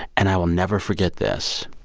and i will never forget this.